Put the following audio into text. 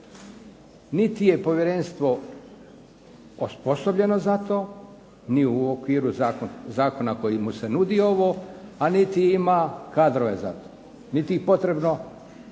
Niti je povjerenstvo osposobljeno za to, ni u okviru zakona kojim mu se nudi ovo, a niti ima kadrove za to, niti ih je potrebno